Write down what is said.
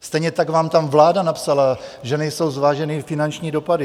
Stejně tak vám tam vláda napsala, že nejsou zváženy finanční dopady.